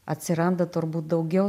atsiranda turbūt daugiau